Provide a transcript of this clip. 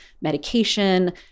medication